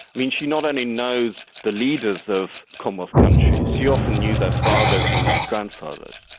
i mean she not only knows the leaders of commonwealth countries, she often knew their fathers and grandfathers.